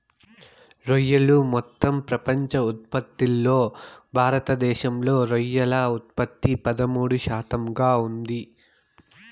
రొయ్యలు మొత్తం ప్రపంచ ఉత్పత్తిలో భారతదేశంలో రొయ్యల ఉత్పత్తి పదమూడు శాతంగా ఉంది